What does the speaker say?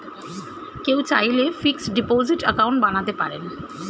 কেউ চাইলে fixed deposit account বানাতে পারেন